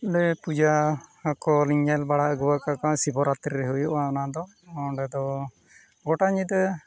ᱚᱸᱰᱮ ᱯᱩᱡᱟᱹ ᱟᱠᱚᱨᱤᱧ ᱧᱮᱞ ᱵᱟᱲᱟ ᱟᱹᱜᱩᱣ ᱠᱟᱜ ᱠᱚᱣᱟ ᱥᱤᱵᱚ ᱨᱟᱛᱨᱤ ᱨᱮ ᱦᱩᱭᱩᱜᱼᱟ ᱚᱱᱟᱫᱚ ᱚᱸᱰᱮ ᱫᱚ ᱜᱚᱴᱟ ᱧᱤᱫᱟᱹ